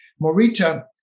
Morita